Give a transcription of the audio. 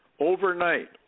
overnight